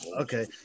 Okay